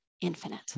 infinite